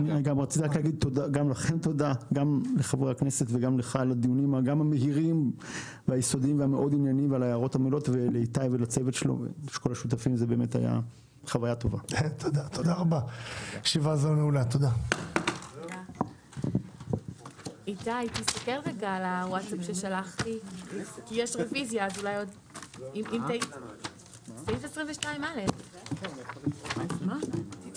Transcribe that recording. הישיבה ננעלה בשעה 11:00.